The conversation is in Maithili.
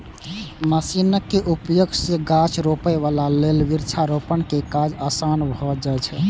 मशीनक उपयोग सं गाछ रोपै बला लेल वृक्षारोपण के काज आसान भए जाइ छै